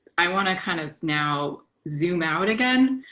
i want to, kind of now, zoom out again.